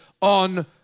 on